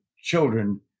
children